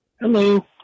Hello